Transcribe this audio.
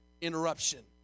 interruption